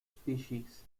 species